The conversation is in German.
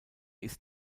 ist